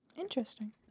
Interesting